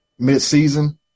midseason